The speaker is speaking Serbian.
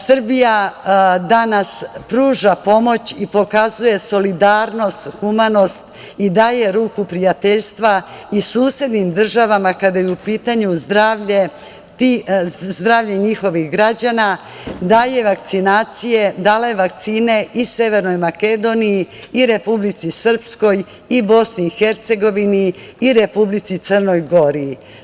Srbija danas pruža pomoć i pokazuje solidarnost, humanost i daje ruku prijateljstva i susednim državama kada je u pitanju zdravlje njihovih građana, dala je vakcine i Severnoj Makedoniji i Republici Srpskoj i Bosni i Hercegovini i Republici Crnoj Gori.